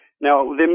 Now